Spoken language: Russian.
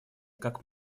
как